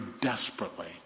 desperately